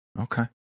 okay